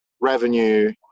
revenue